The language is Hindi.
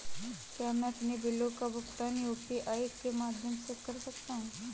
क्या मैं अपने बिलों का भुगतान यू.पी.आई के माध्यम से कर सकता हूँ?